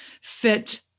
fit